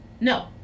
No